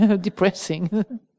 depressing